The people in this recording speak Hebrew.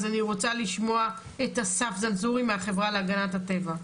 אז אני רוצה לשמוע את אסף זנזורי מהחברה להגנת הטבע.